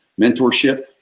mentorship